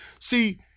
See